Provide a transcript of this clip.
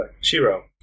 Shiro